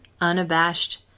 unabashed